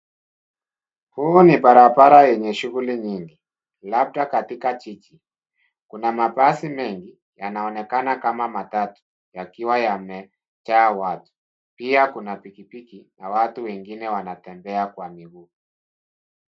Huu ni barabara yenye shungli nyingi labda katika jiji. Kuna mabasi mengi yanaonekana kama matatu yakiwa yamejaa watu. Pia kuna pikipiki na watu wengine wanatembea Kwa miguu.